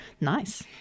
Nice